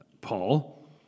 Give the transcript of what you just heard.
Paul